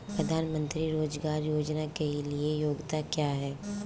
प्रधानमंत्री रोज़गार योजना के लिए योग्यता क्या है?